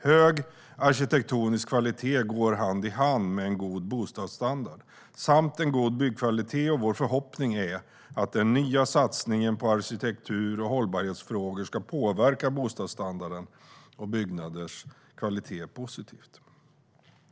Hög arkitektonisk kvalitet går hand i hand med en god bostadsstandard samt en god byggkvalitet, och vår förhoppning är att den nya satsningen på arkitektur och hållbarhetsfrågor ska påverka bostadsstandarden och byggnaders kvalitet positivt.